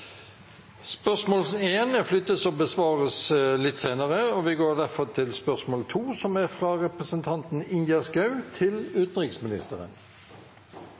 Spørsmål 1 er flyttet og besvares senere. Vi går derfor til spørsmål 2, fra representanten Ingjerd Schou til utenriksministeren.